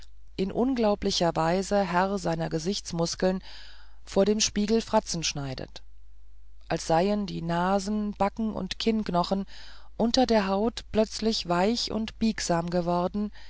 in unglaublicher weise herr seiner gesichtsmuskeln vor einem spiegel fratzen schneidet als seien die nasen backen und kinnknochen unter der haut plötzlich weich und biegsam geworden